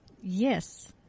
Yes